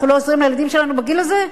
אנחנו לא עוזרים לילדים שלנו בגיל הזה?